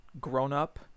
grown-up